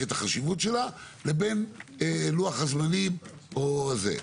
את החשיבות שלה לבין לוח הזמנים או זה.